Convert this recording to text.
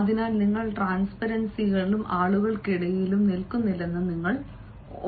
അതിനാൽ നിങ്ങൾ ട്രാൻസ്പെരൻസിസിനും ആളുകൾക്കും ഇടയിലല്ലെന്ന് നിങ്ങൾ മനസ്സിലാക്കേണ്ടതുണ്ട്